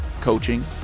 coaching